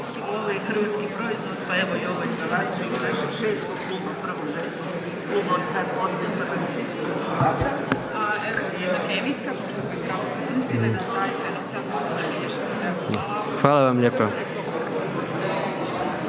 Hvala vam lijepa.